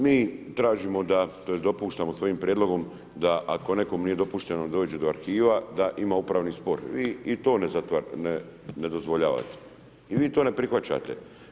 Mi tražimo da, tj. dopuštamo s ovim prijedlogom da ako nekom nije dopušteno da dođe do arhiva, da ima upravni spor, vi ni to ne dozvoljavate i vi to ne prihvaćate.